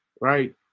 Right